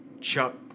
Chuck